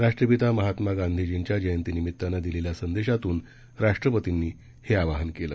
राष्ट्रपिता महात्मा गांधीजींच्या जयंतीनिमित्तानं दिलेल्या संदेशातून राष्ट्रपतींनी हे आवाहन केलं